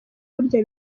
burya